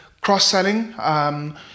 Cross-selling